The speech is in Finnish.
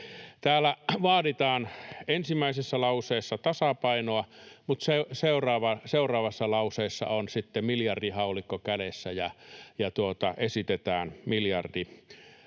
Täällä vaaditaan ensimmäisessä lauseessa tasapainoa, mutta seuraavassa lauseessa on sitten miljardihaulikko kädessä ja esitetään miljardin